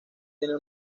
tienen